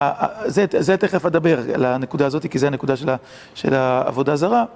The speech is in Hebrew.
זה תכף אדבר לנקודה הזאת, כי זו הנקודה של העבודה הזרה.